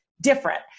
different